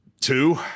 Two